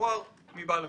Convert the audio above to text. ומשוחרר מבעל השליטה?